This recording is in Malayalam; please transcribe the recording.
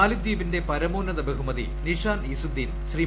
മാലിദ്വീപിന്റെ പരമോന്നത ബഹുമതി നിഷാൻ ഇസുദ്ദീൻ ശ്രീ